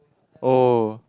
oh